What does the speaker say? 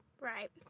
Right